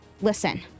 listen